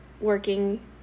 working